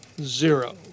zero